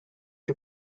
you